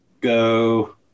go